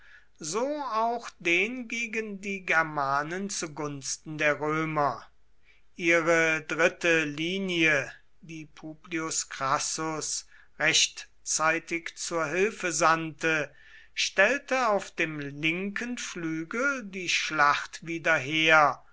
so auch den gegen die germanen zu gunsten der römer ihre dritte linie die publius crassus rechtzeitig zur hilfe sandte stellte auf dem linken flügel die schlacht wieder her